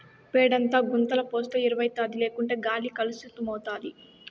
పేడంతా గుంతల పోస్తే ఎరువౌతాది లేకుంటే గాలి కలుసితమైతాది